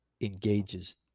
engages